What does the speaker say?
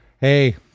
Hey